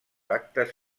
actes